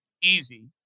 easy